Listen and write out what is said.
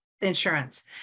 insurance